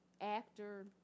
actor